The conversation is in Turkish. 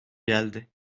geldi